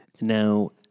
Now